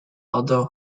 outdoor